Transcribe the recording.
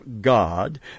God